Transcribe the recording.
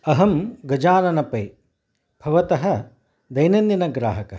अहं गजानन पै भवतः दैनन्दिनग्राहकः